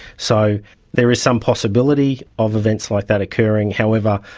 so there is some possibility of events like that occurring. however,